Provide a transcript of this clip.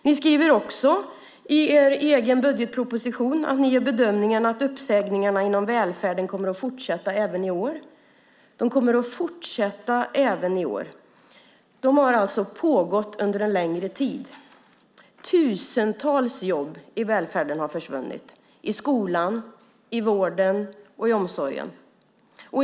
Ni skriver också i budgetpropositionen att ni gör bedömningen att uppsägningarna inom välfärden kommer att fortsätta även i år - de har alltså pågått under en längre tid. Tusentals jobb i välfärden har försvunnit, i skolan, i vården och i omsorgen.